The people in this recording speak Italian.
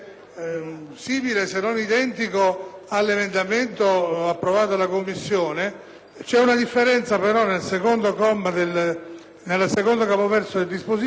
simile se non identico all'ordine del giorno approvato dalla Commissione; c'è una differenza, però, al secondo capoverso del dispositivo,